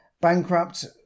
bankrupt